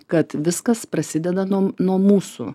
kad viskas prasideda nuo nuo mūsų